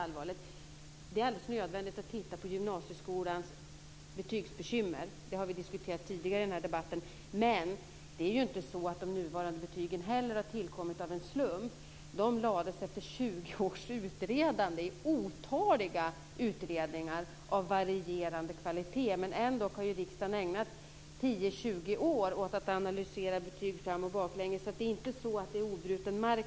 Ja, det är alldeles nödvändigt att titta närmare på gymnasieskolans betygsbekymmer. Det har vi diskuterat tidigare i debatten. Men det är inte så att de nuvarande betygen tillkommit av en slump, utan det var först 20 års utredande i otaliga utredningar av varierande kvalitet. Riksdagen har ändå ägnat 10-20 år åt att fram och baklänges analysera detta med betyg. Det är alltså inte så att detta är obruten mark.